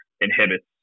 inhibits